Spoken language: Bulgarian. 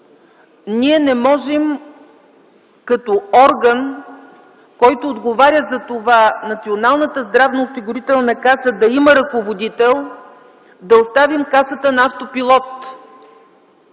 ние не можем като орган, който отговаря за това Националната здравноосигурителна каса да има ръководител, да оставим Касата на автопилот.